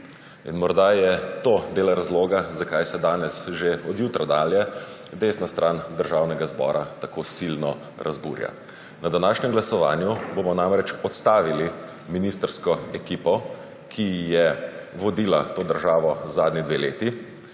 Morda je to del razloga, zakaj se danes že od jutra dalje desna stran državnega zbora tako silno razburja. Na današnjem glasovanju bomo namreč odstavili ministrsko ekipo, ki je vodila to državo zadnji dve leti